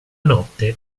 notte